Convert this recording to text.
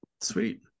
Sweet